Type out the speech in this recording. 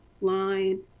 line